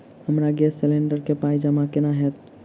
हमरा gas cylinder केँ पाई जमा केना हएत?